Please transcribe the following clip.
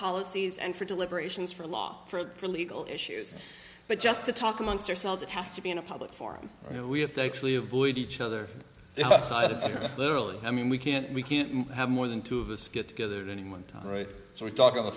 policies and for deliberations for law for legal issues but just to talk amongst yourselves it has to be in a public forum you know we have to actually avoid each other side of literally i mean we can't we can't have more than two of us get together at any one time right so we talk on the